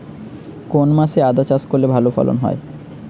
কোন মাসে আদা চাষ করলে ভালো ফলন হয়?